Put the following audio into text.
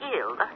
ill